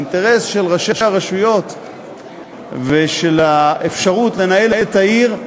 האינטרס של ראשי הרשויות והאפשרות לנהל את העיר,